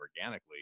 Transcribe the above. organically